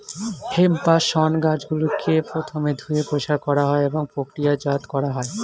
hemp বা শণ গাছগুলিকে প্রথমে ধুয়ে পরিষ্কার করা হয় এবং প্রক্রিয়াজাত করা হয়